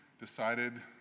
decided